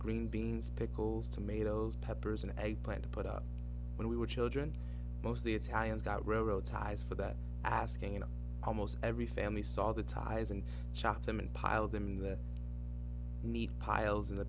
green beans pickles tomatoes peppers and a plan to put up when we were children mostly italian railroad ties for that asking you know almost every family saw the ties and chopped them and piled them in the neat piles in the